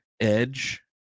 edge